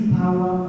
power